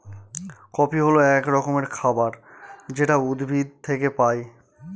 coffee হল এক রকমের খাবার যেটা উদ্ভিদ থেকে পায়